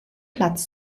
platz